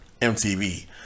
mtv